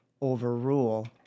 overrule